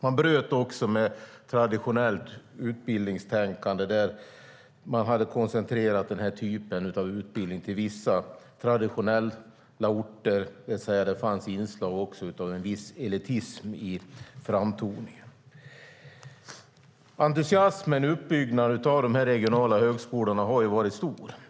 Man bröt också med traditionellt utbildningstänkande, där man hade koncentrerat den här typen av utbildning till vissa traditionella orter och det också fanns inslag av en viss elitism i framtoningen. Entusiasmen vid uppbyggnaden av de regionala högskolorna har varit stor.